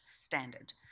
standard